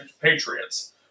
Patriots